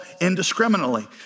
indiscriminately